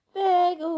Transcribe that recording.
big